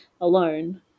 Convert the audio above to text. alone